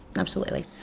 absolutely.